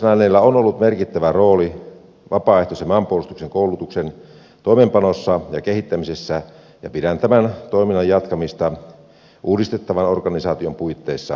sotilaslääneillä on ollut merkittävä rooli vapaaehtoisen maanpuolustuksen koulutuksen toimeenpanossa ja kehittämisessä ja pidän tämän toiminnan jatkamista uudistettavan organisaation puitteissa erityisen tärkeänä